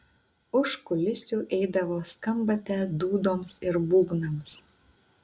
už kulisių eidavo skambate dūdoms ir būgnams